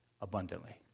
abundantly